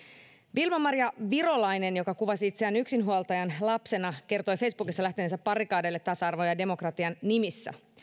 vilma maria virolainen joka kuvasi itseään yksinhuoltajan lapsena kertoi facebookissa lähteneensä barrikadeille tasa arvon ja demokratian nimissä